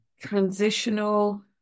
transitional